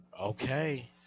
Okay